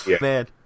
man